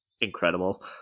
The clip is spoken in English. incredible